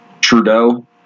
Trudeau